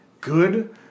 good